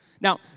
Now